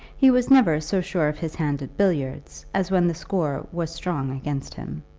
he was never so sure of his hand at billiards as when the score was strong against him.